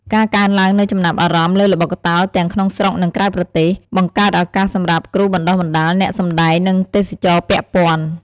ការកើនឡើងនូវចំណាប់អារម្មណ៍លើល្បុក្កតោ ទាំងក្នុងស្រុក និងក្រៅប្រទេស បង្កើតឱកាសសម្រាប់គ្រូបណ្តុះបណ្តាល អ្នកសម្តែង និងទេសចរណ៍ពាក់ព័ន្ធ។